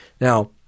Now